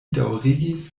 daŭrigis